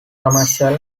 commercial